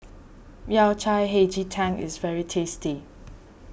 Yao Cai Hei Ji Tang is very tasty